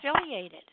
affiliated